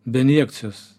be injekcijos